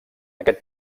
aquest